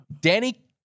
Danny